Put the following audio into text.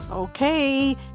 Okay